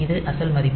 இது அசல் மதிப்பு